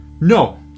No